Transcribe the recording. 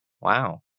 Wow